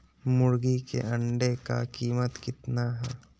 मुर्गी के अंडे का कीमत कितना है?